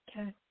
Okay